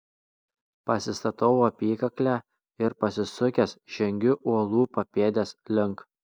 pasistatau apykaklę ir pasisukęs žengiu uolų papėdės link